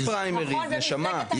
יש פריימריז, נשמה.